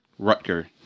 Rutger